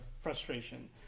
frustration